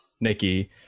Nikki